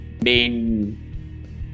main